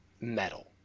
metal